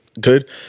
good